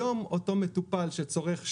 היום אותו מטופל שצורך 30,